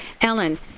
Ellen